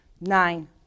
nine